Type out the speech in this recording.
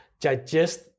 digest